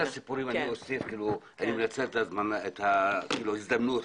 אני אנצל את ההזדמנות,